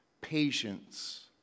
patience